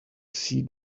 see